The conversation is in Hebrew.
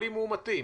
חולים מאומתים,